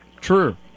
True